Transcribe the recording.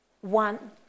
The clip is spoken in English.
one